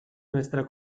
nuestra